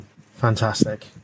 fantastic